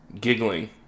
giggling